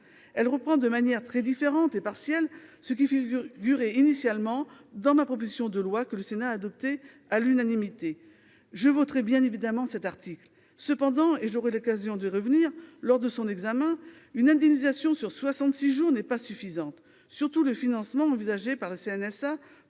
Elle reprend de manière très différente et partielle ce qui figurait initialement dans ma proposition de loi que le Sénat a adoptée à l'unanimité. Je voterai bien évidemment cet article. Cependant, et j'aurai l'occasion d'y revenir lors de son examen, une indemnisation sur soixante-six jours n'est pas suffisante. Surtout, le financement envisagé avec la CNSA